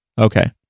Okay